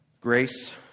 grace